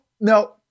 no